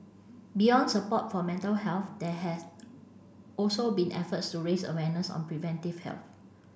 beyond support for mental health there have also been efforts to raise awareness on preventive health